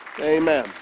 Amen